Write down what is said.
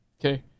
Okay